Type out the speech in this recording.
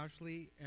Ashley